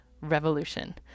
Revolution